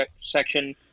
section